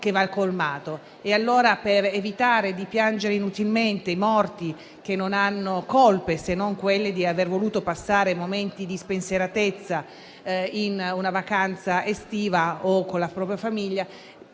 che va colmato. Allora, per evitare di piangere inutilmente i morti che non hanno colpa, se non quella di aver voluto passare momenti di spensieratezza durante una vacanza estiva o con la propria famiglia,